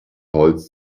holz